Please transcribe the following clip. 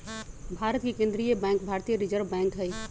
भारत के केंद्रीय बैंक भारतीय रिजर्व बैंक हइ